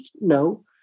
No